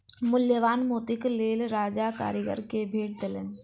मूल्यवान मोतीक लेल राजा कारीगर के भेट देलैन